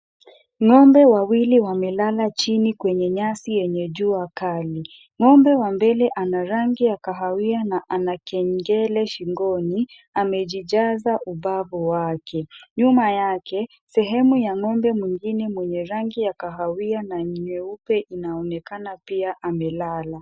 Ng'ombe wawili wamelala chini kwenye nyasi yenye jua kali. Ng'ombe wa mbele ana rangi ya kahawia na ana kengele shingoni amejijaza ubabu wake. Nyuma yake sehemu ya ng'ombe mwingine mwenye rangi ya kahawia na nyeupe inaonekana pia amelala.